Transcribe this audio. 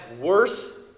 worse